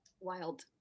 wild